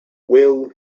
well